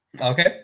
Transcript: Okay